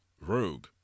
Rogue